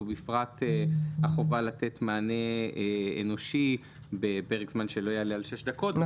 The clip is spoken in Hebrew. ובפרט החובה לתת מענה אנושי בפרק זמן שלא יעלה על שש דקות,